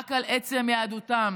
רק בשל עצם יהדותם,